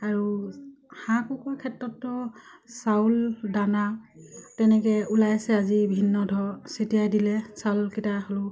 আৰু হাঁহ কুকুৰাৰ ক্ষেত্ৰততো চাউল দানা তেনেকে ওলাইছে আজি ভিন্ন ধৰক চিতিয়াই দিলে চাউলকেইটা হ'লেও